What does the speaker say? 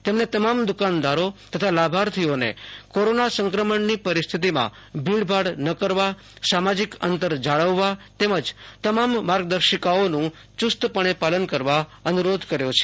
તેમણે તમામ દુકાનદારો તથા લાભાર્થીઓને કોરોના સંક્રમણની પરિસ્થિતિમાં ભીડભાડ ન કરવા સામાજિક અંતર જાળવવા તેમજ તમામ માર્ગદર્શિકાઓનું ચુસ્તપણે પાલન કરવા અનુરોધ કર્યો છે